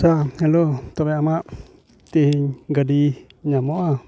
ᱟᱪᱪᱷᱟ ᱦᱮᱞᱳ ᱛᱚᱵᱮ ᱟᱢᱟᱜ ᱛᱤᱦᱤᱧ ᱜᱟᱹᱰᱤ ᱧᱟᱢᱚᱜᱼᱟ